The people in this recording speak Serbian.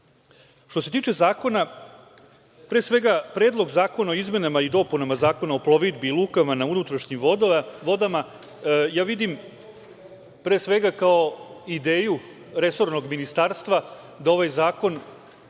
se tiče zakona, pre svega Predlog zakona i izmenama i dopunama Zakona o plovidbi, lukama na unutrašnjim vodama ja vidim pre svega kao ideju resornog ministarstva da ovaj zakon,